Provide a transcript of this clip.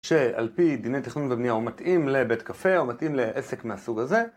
שעל פי דיני תכנון ובנייה הוא מתאים לבית קפה או מתאים לעסק מהסוג הזה